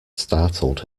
startled